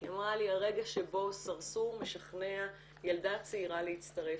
היא אמרה לי "הרגע שבו סרסור משכנע ילדה צעירה להצטרף.